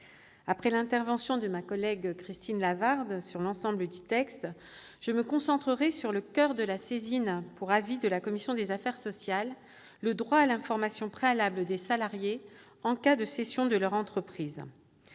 après l'intervention de ma collègue rapporteur Christine Lavarde sur l'ensemble du texte, je me concentrerai sur le coeur de la saisine pour avis de la commission des affaires sociales, à savoir le droit à l'information préalable des salariés en cas de cession de leur entreprise.